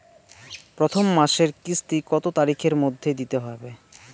প্রথম মাসের কিস্তি কত তারিখের মধ্যেই দিতে হবে?